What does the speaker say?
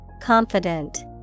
Confident